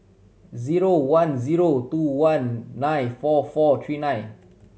zero one zero two one nine four four three nine